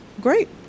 Great